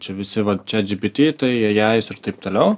čia visi chatgpt tai eijajus ir taip toliau